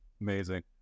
Amazing